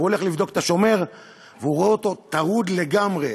הוא הולך לבדוק את השומר וראוה אותו טרוד לגמרי,